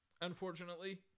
Unfortunately